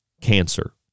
cancer